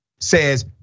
says